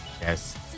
Yes